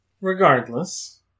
Regardless